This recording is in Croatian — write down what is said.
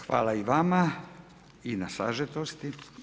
Hvala i vama i na sažetosti.